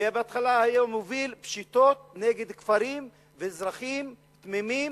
ובהתחלה היה מוביל פשיטות נגד כפרים ואזרחים תמימים